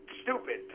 stupid